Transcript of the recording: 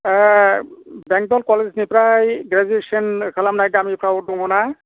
बेंथ'ल कलेजनिफ्राय ग्रेजुवेसन खालामनाय गामिफोराव दङ ना